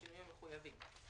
בשינויים המחויבים.